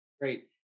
Great